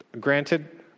Granted